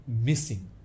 missing